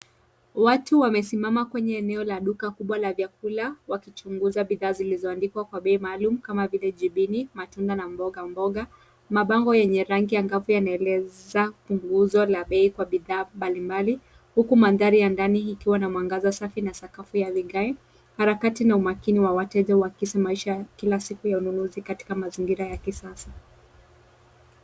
Watu wamesimama kwenye eneo la duka kubwa la vyakula wakichunguza bidhaa zilizoandikwa kwa bei maalum kama vile jibini, matunda na mbogamboga. Mabango yenye rangi angavu yanaeleza punguza la bei kwa bidhaa mbalimbali huku mwangaza wa ndani ukiwa na mandhari safi na sakafu ya vigae. Harakati na umakini wa wateja huakisi maisha ya kila siku ya ununuzi katika mazingira ya kisasa.